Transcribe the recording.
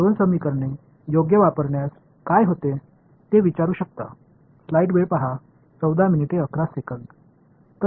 எனவே மீதமுள்ள 2 சமன்பாடுகளை நான் சரியாகப் பயன்படுத்தும்போது என்ன நடக்கும் என்று நீங்கள் கேட்கலாம்